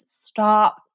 stop